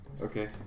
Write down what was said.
Okay